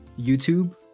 YouTube